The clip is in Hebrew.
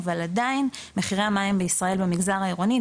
אבל עדיין מחירי המים בישראל במגזר העירוני,